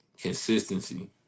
consistency